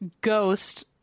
ghost